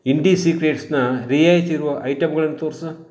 ಇಂಡಿ ಸೀಕ್ರೇಟ್ಸ್ನಾ ರಿಯಾಯಿತಿ ಇರುವ ಐಟಮ್ಗಳನ್ನ ತೋರಿಸು